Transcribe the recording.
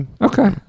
Okay